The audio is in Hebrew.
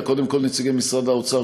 אלא קודם כול נציגי משרד האוצר,